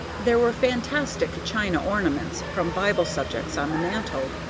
there were fantastic china ornaments from bible subjects on the mantel,